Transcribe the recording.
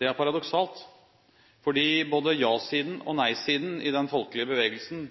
Det er paradoksalt, fordi både ja-siden og nei-siden i den folkelige bevegelsen